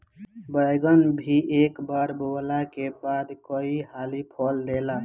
बैगन भी एक बार बोअला के बाद कई हाली फल देला